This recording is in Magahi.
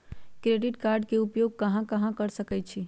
क्रेडिट कार्ड के उपयोग कहां कहां कर सकईछी?